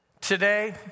Today